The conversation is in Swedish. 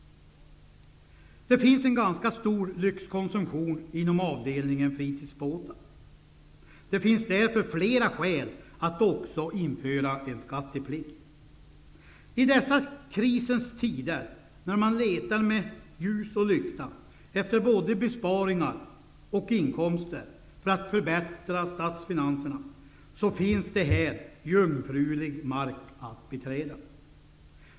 Det finns en ganska stor lyxkonsumtion inom avdelningen fritidsbåtar. Det finns därför flera skäl att också införa skatteplikt. I dessa krisens tider, när man letar med ljus och lykta efter både besparingar och inkomster för att förbättra statsfinanserna, finns här jungfrulig mark att beträda.